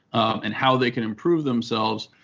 and how they can improve themselves,